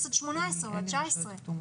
עד 18 או 19. אין לי כאן את הנתונים בערים כתומות.